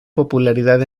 popularidad